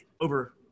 over